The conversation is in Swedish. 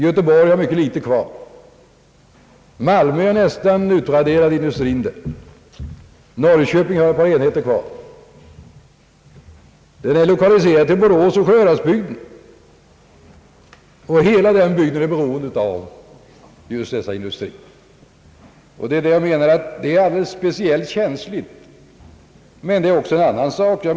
Göteborg har mycket litet kvar, och i Malmö är denna industri nästan utraderad. Norrköping har ett par enheter kvar. Indu strin är lokaliserad till Borås och Sjuhäradsbygden — hela den bygden är beroende av just denna industri, och problemet är alldeles speciellt känsligt. Men det är också en annan sak.